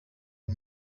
uko